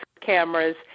cameras